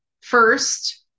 first